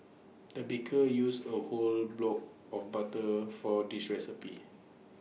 the baker used A whole block of butter for this recipe